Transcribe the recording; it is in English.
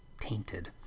tainted